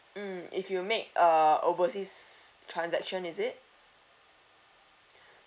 mm if you make uh overseas transaction is it